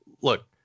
Look